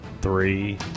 Three